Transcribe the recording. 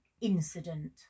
incident